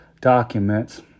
documents